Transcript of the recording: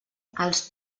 els